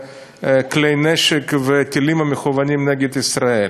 כלי נשק וטילים המכוונים נגד ישראל.